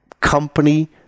company